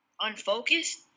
unfocused